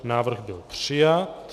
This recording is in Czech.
Návrh byl přijat.